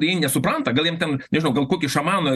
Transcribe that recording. tai jie nesupranta gal jiem ten nežinau gal kokį šamaną